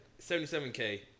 77k